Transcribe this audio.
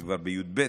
שכבר בי"ב,